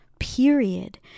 period